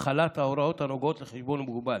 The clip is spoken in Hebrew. החלת ההוראות הנוגעות לחשבון מוגבל.